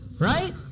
right